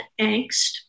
angst